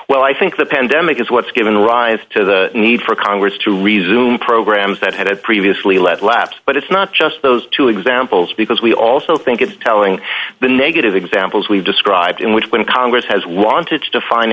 well i think the pandemic is what's given rise to the need for congress to resume programs that had previously led labs but it's not just those two examples because we also think it's telling the negative examples we've described in which when congress has wanted to define